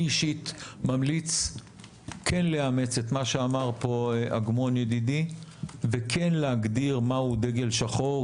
אני אישית ממליץ לאמץ את מה שאמר פה אגמון ידידי ולהגדיר מהו דגל שחור,